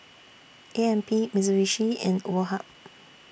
A M P Mitsubishi and Woh Hup